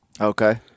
Okay